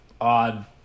odd